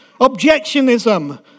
Objectionism